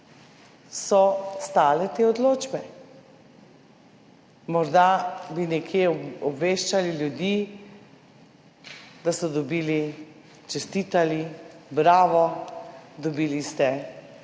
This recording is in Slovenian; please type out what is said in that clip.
so stale te odločbe. Morda bi nekje obveščali ljudi, da so dobili, čestitali, bravo, dobili ste to